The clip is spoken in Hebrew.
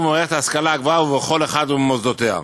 במערכת ההשכלה הגבוהה ובכל אחד ממוסדותיה.